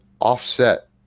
offset